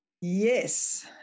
Yes